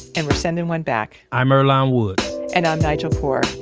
and we're sending one back i'm earlonne woods and i'm nigel poor.